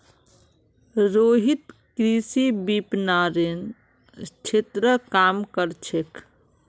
रोहित कृषि विपणनेर क्षेत्रत काम कर छेक